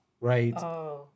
Right